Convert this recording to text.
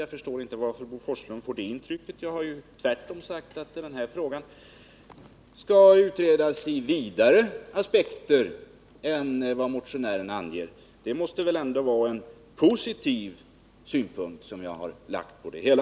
Jag förstår inte hur Bo Forslund kan få det intrycket. Tvärtom har jag sagt att denna fråga skall utredas i vidare aspekter än dem motionärerna anger. Det måste väl ändå vara en positiv synpunkt som jag lagt på det hela.